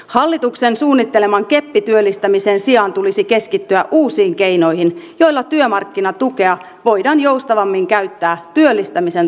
hallituksen suunnitteleman keppityöllistämisen sijaan tulisi keskittyä uusiin keinoihin joilla työmarkkinatukea voidaan joustavammin käyttää työllistämisen tukemisessa